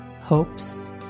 hopes